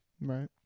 right